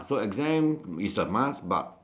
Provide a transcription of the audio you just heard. so exam is a must but